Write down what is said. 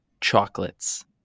chocolates